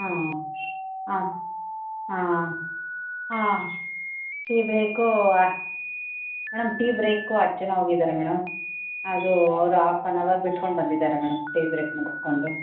ಹಾಂ ಹಾಂ ಹಾಂ ಹಾಂ ಟೀ ಬ್ರೇಕೂ ಹಾಂ ಮೇಡಮ್ ಟೀ ಬ್ರೇಕು ಹತ್ತು ಜನ ಹೋಗಿದ್ದಾರೆ ಮೇಡಮ್ ಅದು ಅವ್ರು ಆಫ್ ಆನ್ ಅವರ್ ಬಿಟ್ಕೊಂಡು ಬಂದಿದ್ದಾರೆ ಮೇಡಮ್ ಟೀ ಬ್ರೇಕ್ ಮುಗಿಸ್ಕೊಂಡು